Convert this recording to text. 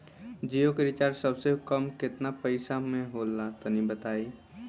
जियो के रिचार्ज सबसे कम केतना पईसा म होला तनि बताई?